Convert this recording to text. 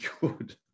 good